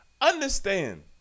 Understand